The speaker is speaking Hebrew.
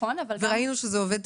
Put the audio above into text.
ראינו שזה עובד,